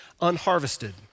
unharvested